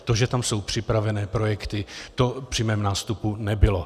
To, že tam jsou připravené projekty, to při mém nástupu nebylo.